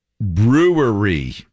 brewery